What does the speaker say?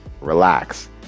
relax